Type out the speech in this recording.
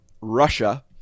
Russia